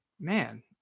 man